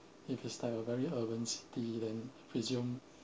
if its like a very urban city then presume